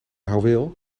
houweel